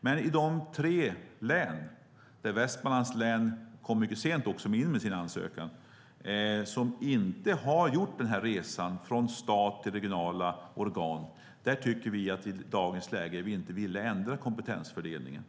Men i de tre län - Västmanlands län kom också in med sin ansökan mycket sent - som inte har gjort den här resan från stat till regionala organ är vi i dagens läge inte villiga att ändra kompetensfördelningen.